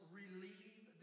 relieve